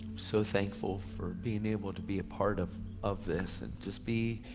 so thankful for being able to be a part of of this and just be